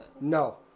No